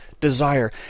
desire